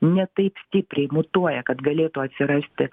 ne taip stipriai mutuoja kad galėtų atsirasti